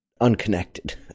unconnected